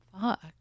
Fuck